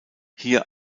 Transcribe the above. hier